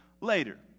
later